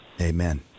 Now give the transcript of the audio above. amen